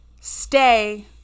stay